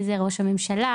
אם זה ראש הממשלה,